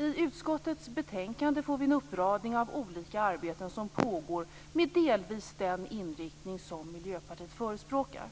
I utskottets betänkande får vi en uppräkning av olika arbeten som pågår med delvis den inriktning som Miljöpartiet förespråkar.